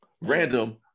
random